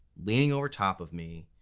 leaning over top of me,